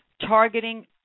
targeting